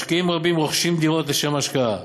משקיעים רבים רוכשים דירות לשם השקעה,